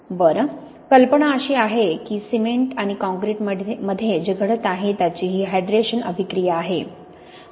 बरं कल्पना अशी आहे की सिमेंट आणि काँक्रीटमध्ये जे घडत आहे त्याची ही हायड्रेशन अभिक्रिया आहे